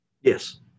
Yes